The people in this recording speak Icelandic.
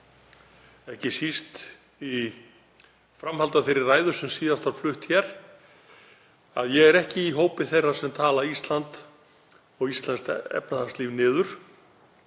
ekki síst í framhaldi af þeirri ræðu sem síðust var flutt hér, að ég er ekki í hópi þeirra sem tala Ísland og íslenskt efnahagslíf niður.